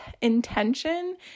intention